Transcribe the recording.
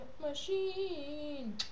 machine